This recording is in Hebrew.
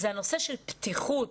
זה הנושא של פתיחות.